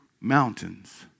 mountains